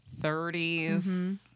30s